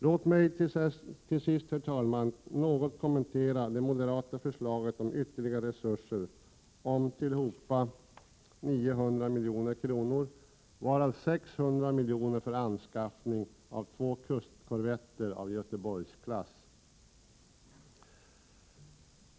Låt mig till sist, herr talman, något kommentera det moderata förslaget om ytterligare resurser om tillhopa 900 milj.kr., varav 600 miljoner för anskaffning av två kustkorvetter av Göteborgsklass.